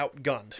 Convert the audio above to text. outgunned